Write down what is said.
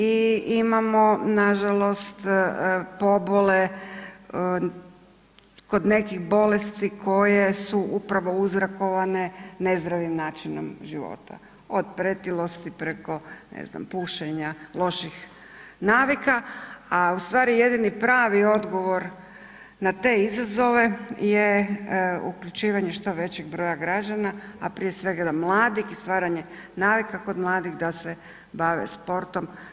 I imamo nažalost pobole kod nekih bolesti koje su upravo uzrokovane nezdravih načinom života od pretilosti, preko ne znam pušenja, loših navika a ustvari jedini pravi odgovor na te izazove je uključivanje što većeg broja građana a prije svega mladih i stvaranje navika kod mladih da se bave sportom.